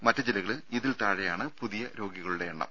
മറ്റുജില്ലകളിൽ ഇതിൽ താഴെയാണ് പുതിയ രോഗികളുടെ എണ്ണം